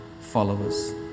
followers